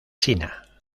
china